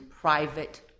private